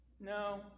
No